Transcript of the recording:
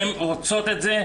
הן רוצות את זה.